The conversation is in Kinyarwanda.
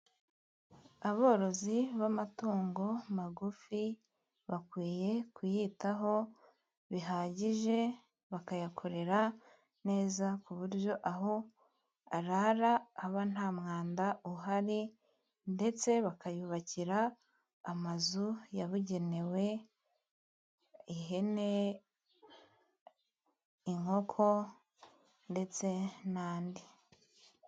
Aborozi b'amatungo magufi, bakwiye kuyitaho bihagije bakayakorera neza, ku buryo aho arara aba nta mwanda uhari, ndetse bakayubakira amazu yabugenewe. Ihene inkoko, ndetse n'andi.